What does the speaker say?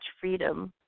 freedom